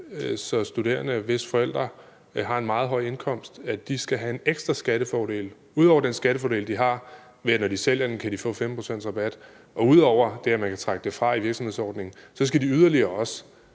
at studerende, hvis forældre har en meget høj indkomst, skal have en ekstra skattefordel ud over den skattefordel, der er, ved at man, når man sælger dem, kan få 15 pct. rabat, og at man ud over det, at man kan trække det fra i virksomhedsordningen, yderligere skal